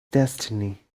destiny